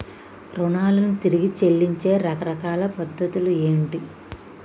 రుణాలను తిరిగి చెల్లించే రకరకాల పద్ధతులు ఏంటి?